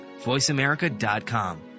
voiceamerica.com